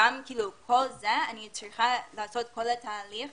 כאן אני צריכה לעשות את כל התהליך